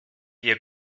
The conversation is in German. ihr